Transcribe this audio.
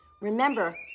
remember